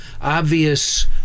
obvious